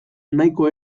nahiko